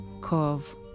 cov